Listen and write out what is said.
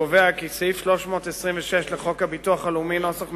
הקובע כי סעיף 326 לחוק הביטוח הלאומי יתוקן